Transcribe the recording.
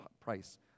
price